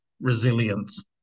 resilience